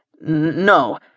No